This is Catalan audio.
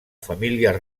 famílies